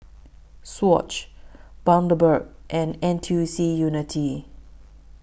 Swatch Bundaberg and N T U C Unity